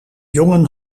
jongen